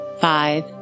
five